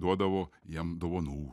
duodavo jam dovanų